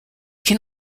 can